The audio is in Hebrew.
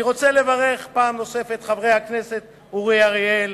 אני רוצה לברך פעם נוספת את חברי הכנסת אורי אריאל,